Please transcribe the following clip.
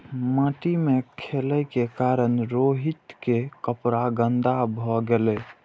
माटि मे खेलै के कारण रोहित के कपड़ा गंदा भए गेलै